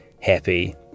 happy